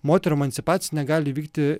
moterų emancipacija negali vykti